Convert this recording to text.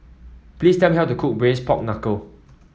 please tell me how to cook Braised Pork Knuckle